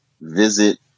visit